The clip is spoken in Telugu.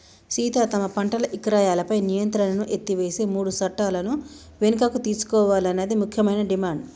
సీత తమ పంటల ఇక్రయాలపై నియంత్రణను ఎత్తివేసే మూడు సట్టాలను వెనుకకు తీసుకోవాలన్నది ముఖ్యమైన డిమాండ్